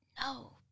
No